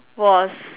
was